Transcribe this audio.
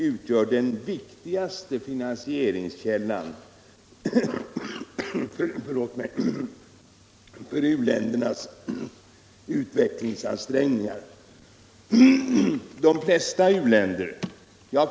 utgör den viktigaste finansieringskällan för u-ländernas utvecklingsansträngningar. De flesta u-länder, ja.